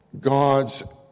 God's